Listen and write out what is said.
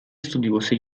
studiosi